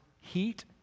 heat